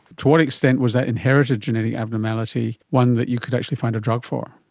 to what extent was that inherited genetic abnormality one that you could actually find a drug for?